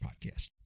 podcast